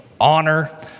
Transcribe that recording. honor